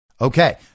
Okay